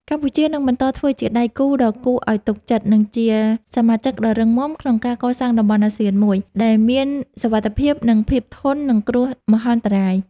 កម្ពុជានឹងបន្តធ្វើជាដៃគូដ៏គួរឱ្យទុកចិត្ត និងជាសមាជិកដ៏រឹងមាំក្នុងការកសាងតំបន់អាស៊ានមួយ ដែលមានសុវត្ថិភាព និងភាពធន់នឹងគ្រោះមហន្តរាយ។